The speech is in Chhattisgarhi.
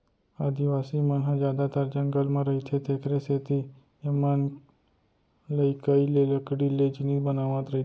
आदिवासी मन ह जादातर जंगल म रहिथे तेखरे सेती एमनलइकई ले लकड़ी के जिनिस बनावत रइथें